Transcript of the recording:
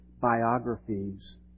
biographies